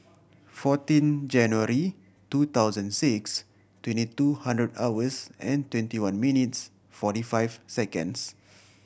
fourteen January two thousand six twenty two hundred hours and twenty one minutes forty five seconds